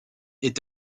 est